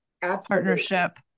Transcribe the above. partnership